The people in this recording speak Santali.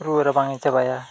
ᱨᱩᱣᱟᱹ ᱨᱟᱵᱟᱝ ᱮ ᱪᱟᱵᱟᱭᱟ